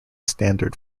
standard